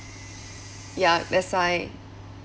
ya that's why